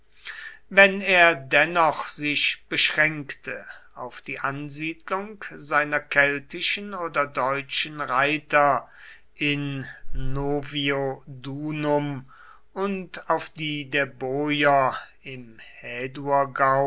wenn er dennoch sich beschränkte auf die ansiedlung seiner keltischen oder deutschen reiter in noviodunum und auf die der boier im